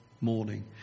morning